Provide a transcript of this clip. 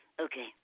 Okay